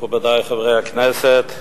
מכובדי חברי הכנסת,